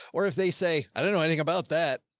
or if they say, i don't know anything about that.